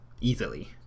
easily